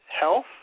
health